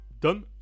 done